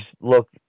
look